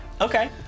Okay